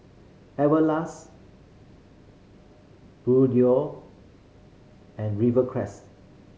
Everlast Bluedio and Rivercrest